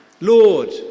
Lord